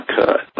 cut